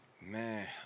Man